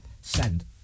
Send